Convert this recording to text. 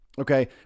okay